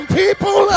people